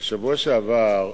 בשבוע שעבר,